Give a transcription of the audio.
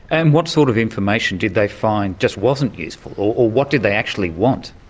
and what sort of information did they find just wasn't useful, or what did they actually want?